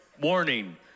warning